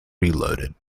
reloaded